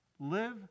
Live